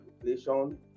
inflation